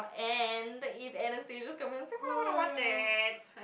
and if Anastasia's coming to Singapore I wanna watch it